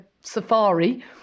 safari